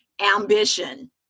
Ambition